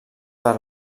per